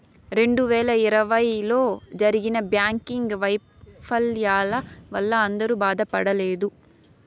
రెండు వేల ఇరవైలో జరిగిన బ్యాంకింగ్ వైఫల్యాల వల్ల అందరూ బాధపడలేదు